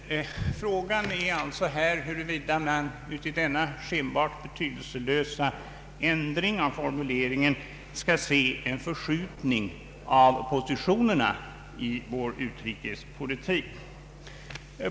Frågan är alltså här huruvida man i denna skenbart betydelselösa ändring av formuleringen skall se en förskjutning av positionerna i vår utrikespolitik.